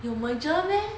有 merger meh